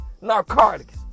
Narcotics